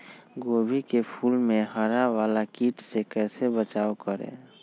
गोभी के फूल मे हरा वाला कीट से कैसे बचाब करें?